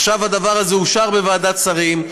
עכשיו הדבר הזה אושר בוועדת שרים,